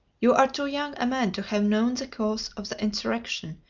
you are too young a man to have known the cause of the insurrection,